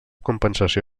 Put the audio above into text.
compensació